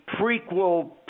prequel